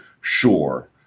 Sure